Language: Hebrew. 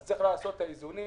צריך לעשות את האיזונים.